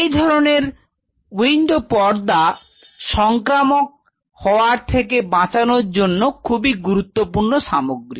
এই ধরনের উইন্ডো পর্দা সংক্রামক হওয়ার থেকে বাঁচানোর জন্য খুবই গুরুত্বপূর্ণ সামগ্রী